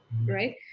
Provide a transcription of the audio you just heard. right